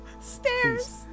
Stairs